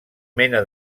mena